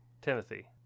Timothy